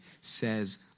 says